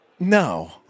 No